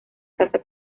casa